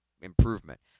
improvement